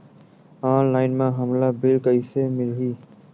Online म हमला bill कइसे मिलही?